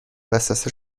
وسوسه